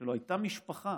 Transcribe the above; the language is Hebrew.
שלא הייתה משפחה